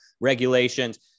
regulations